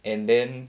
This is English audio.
and then